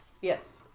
Yes